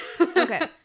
Okay